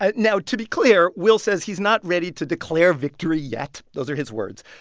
ah now, to be clear, will says he's not ready to declare victory yet. those are his words.